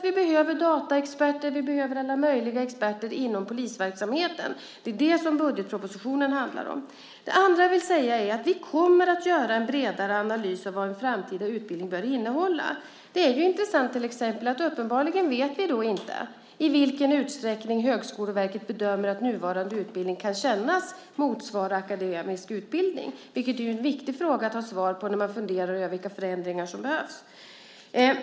Vi behöver dataexperter och alla möjliga andra experter inom polisverksamheten. Det är det som budgetpropositionen handlar om. För det andra kommer vi att göra en bredare analys av vad en framtida utbildning bör innehålla. Det är till exempel intressant att vi uppenbarligen inte vet i vilken utsträckning Högskoleverket bedömer att nuvarande utbildning motsvarar akademisk utbildning, vilket är en viktig fråga att ha svar på när man funderar över vilka förändringar som behövs.